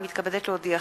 אני מתכבד להודיעכם,